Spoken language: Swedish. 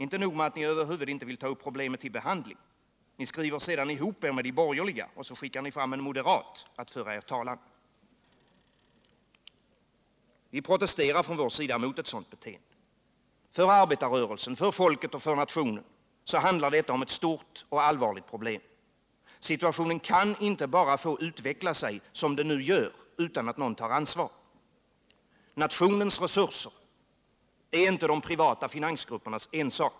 Inte nog med att ni över huvud inte vill ta upp problemet till behandling — ni skriver sedan ihop er med de borgerliga. Och så skickar ni fram en moderat att föra er talan. Vi protesterar mot ett sådant beteende. För arbetarrörelsen, för folket och för nationen handlar detta om ett stort och allvarligt problem. Situationen kan inte bara få utveckla sig som den nu gör utan att någon tar ansvar. Nationens resurser är inte de privata finansgruppernas ensak.